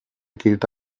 gilt